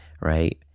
Right